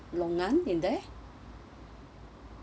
longan in there